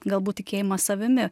galbūt tikėjimas savimi